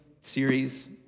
series